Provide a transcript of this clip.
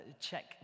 check